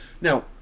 Now